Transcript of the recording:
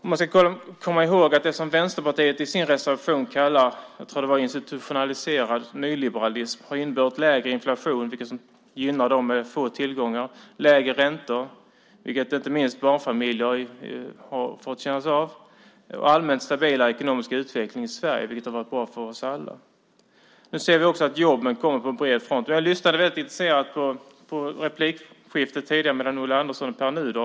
Man ska komma ihåg att det som Vänsterpartiet i sin reservation kallar institutionaliserad nyliberalism har inneburit lägre inflation, vilket gynnar dem med få tillgångar, lägre räntor, vilket inte minst barnfamiljer har fått känna av, och allmänt stabilare ekonomisk utveckling i Sverige, vilket har varit bra för oss alla. Nu ser vi också att jobben kommer på bred front. Jag lyssnade väldigt intresserat på replikskiftet tidigare mellan Ulla Andersson och Pär Nuder.